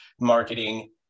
marketing